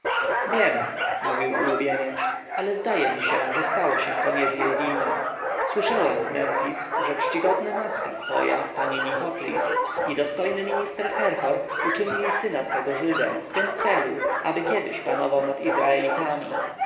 wiem mówił ulubieniec ale zdaje mi się że stało się to nie z jej winy słyszałem w memfis że czcigodna matka twoja pani nikotris i dostojny minister herhor uczynili syna twego żydem w tym celu aby kiedyś panował nad izraelitami